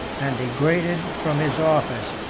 and degraded from his office,